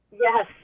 yes